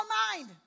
mind